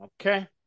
Okay